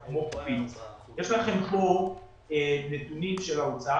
יש לכם כאן נתונים של ההוצאה